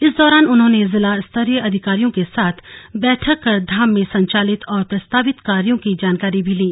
इस दौरान उन्होंने जिला स्तरीय अधिकारियों के साथ बैठक कर धाम में संचालित और प्रस्तावित कार्यो की जानकारी भी ली